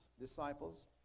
disciples